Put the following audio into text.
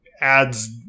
adds